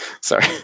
Sorry